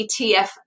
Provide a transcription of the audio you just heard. ETF